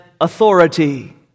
authority